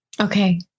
Okay